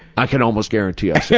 i can almost guarantee i said